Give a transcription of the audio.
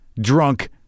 drunk